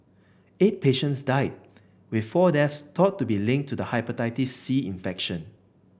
eight patients died with four deaths thought to be linked to the Hepatitis C infection